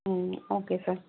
ம் okay sir